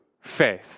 faith